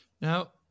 Now